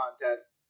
contest